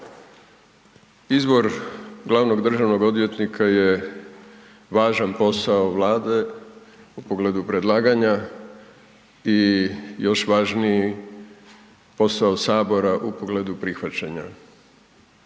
Izbor glavnog državnog odvjetnika je važan posao Vlade u pogledu predlaganja i još važniji posao Sabora u pogledu prihvaćanja